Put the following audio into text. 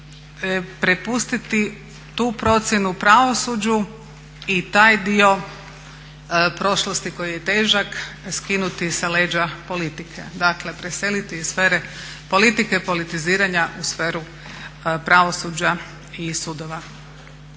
prepustiti tu procjenu pravosuđu i taj dio prošlosti koji je težak skinuti sa leđa politike, dakle preseliti iz sfere politike, politiziranja u sferu pravosuđa i sudova.